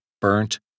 burnt